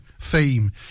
theme